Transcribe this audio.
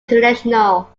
international